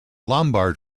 lombard